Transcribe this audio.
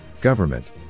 government